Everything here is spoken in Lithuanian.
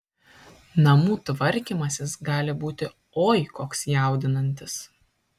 namų tvarkymasis gali būti oi koks jaudinantis